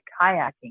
kayaking